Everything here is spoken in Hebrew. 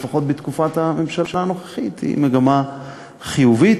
לפחות בתקופת הממשלה הנוכחית היא מגמה חיובית.